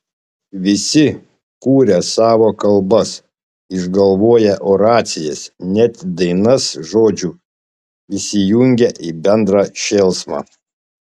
visi kuria savo kalbas išgalvoję oracijas net dainas žodžiu įsijungia į bendrą šėlsmą